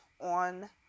on